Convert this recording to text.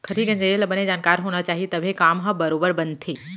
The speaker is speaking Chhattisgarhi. खरही गंजइया ल बने जानकार होना चाही तभे काम ह बरोबर बनथे